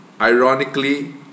ironically